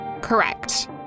Correct